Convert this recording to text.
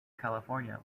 california